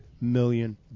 million